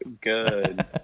good